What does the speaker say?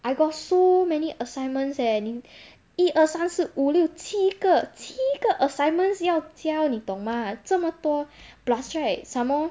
I got so many assignments eh 一二三四五六七个七个 assignments 要交你懂吗这么多 plus right some more